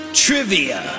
trivia